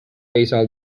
acyl